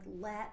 let